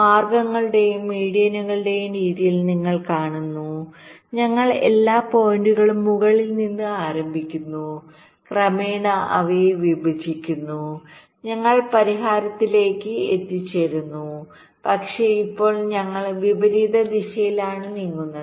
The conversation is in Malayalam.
മാർഗ്ഗങ്ങളുടെയും മീഡിയനുകളുടെയും രീതിയിൽ നിങ്ങൾ കാണുന്നു ഞങ്ങൾ എല്ലാ പോയിന്റുകളും മുകളിൽ നിന്ന് ആരംഭിക്കുന്നു ക്രമേണ അവയെ വിഭജിക്കുന്നു ഞങ്ങൾ പരിഹാരത്തിലേക്ക് എത്തിച്ചേരുന്നു പക്ഷേ ഇപ്പോൾ ഞങ്ങൾ വിപരീത ദിശയിലാണ് നീങ്ങുന്നത്